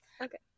Okay